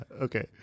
okay